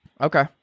Okay